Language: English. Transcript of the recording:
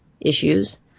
issues